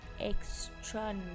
extra